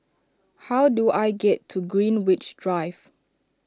how do I get to Greenwich Drive